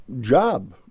job